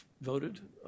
voted